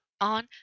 on